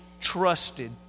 trusted